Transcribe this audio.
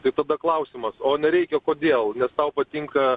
tai tada klausimas o nereikia kodėl nes tau patinka